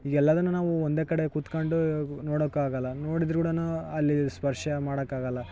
ಎಲ್ಲದನ್ನು ನಾವು ಒಂದೇ ಕಡೆ ಕುತ್ಕೋಂಡು ನೋಡೋಕ್ ಆಗೋಲ್ಲ ನೋಡಿದ್ರುಕುಡಾನು ಅಲ್ಲಿ ಸ್ಪರ್ಶ ಮಾಡೋಕ್ ಆಗೋಲ್ಲ